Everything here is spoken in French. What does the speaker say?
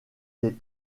des